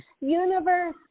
Universe